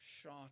shot